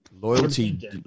Loyalty